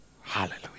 Hallelujah